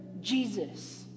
Jesus